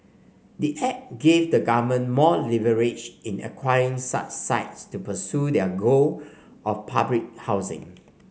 the act gave the government more leverage in acquiring such sites to pursue their goal of public housing